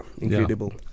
incredible